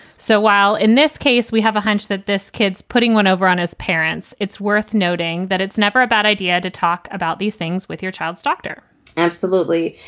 so while in this case, we have a hunch that this kid's putting one over on his parents. it's worth noting that it's never a bad idea to talk about these things with your child's doctor absolutely.